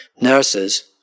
Nurses